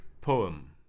Poem